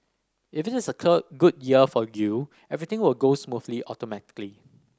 if it is a good year for you everything will go smoothly automatically